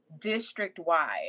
district-wide